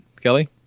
Kelly